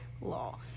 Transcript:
Law